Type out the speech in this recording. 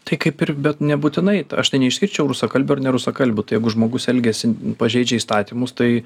tai kaip ir bet nebūtinai aš tai neišskirčiau rusakalbių ir nerusakalbių tai jeigu žmogus elgiasi pažeidžia įstatymus tai